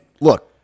look